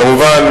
כמובן,